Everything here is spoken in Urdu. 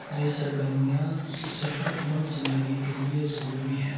یہ سرگرمیاں صحت مند زندگی کے لیے ضروری ہے